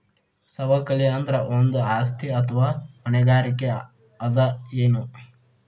ಸವಕಳಿ ಅಂದ್ರ ಒಂದು ಆಸ್ತಿ ಅಥವಾ ಹೊಣೆಗಾರಿಕೆ ಅದ ಎನು?